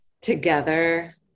together